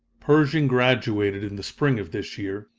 pershing graduated in the spring of this year,